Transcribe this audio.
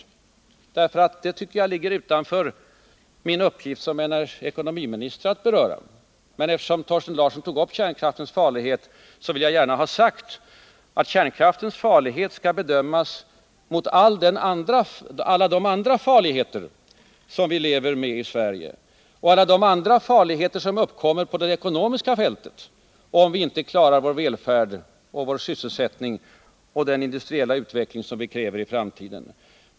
Jag tycker att det ligger utanför min uppgift som ekonomiminister att beröra den frågan, men eftersom Thorsten Larsson tog upp kärnkraftens farlighet vill jag gärna ha sagt, att kärnkraftens farlighet skall bedömas mot bakgrund av alla de andra farligheter som vi lever med i Sverige och alla de andra farligheter som uppkommer på det ekonomiska fältet om vi inte klarar vår välfärd och vår sysselsättning och den industriella utveckling som vi kräver i framtiden.